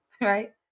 right